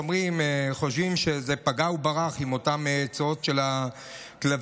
שחושבים שזה פגע וברח עם אותן צואות של כלבים,